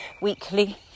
weekly